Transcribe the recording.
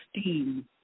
steam